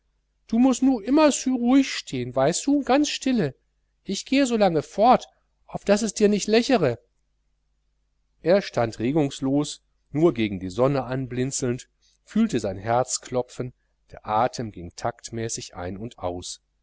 du mußt nu ümmessu ruhig stehen weißtu ganz stille ich geh solange fort auf daß es dir nicht lächere er stand regungslos nur gegen die sonne anblinzelnd fühlte sein herz klopfen der atem ging taktmäßig ein und aus